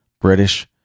British